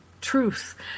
truth